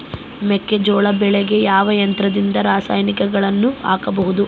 ಮೆಕ್ಕೆಜೋಳ ಬೆಳೆಗೆ ಯಾವ ಯಂತ್ರದಿಂದ ರಾಸಾಯನಿಕಗಳನ್ನು ಹಾಕಬಹುದು?